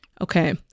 Okay